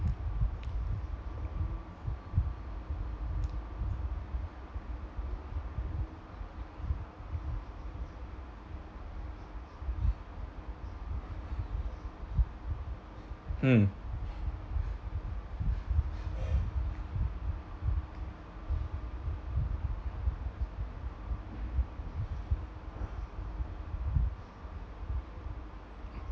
mm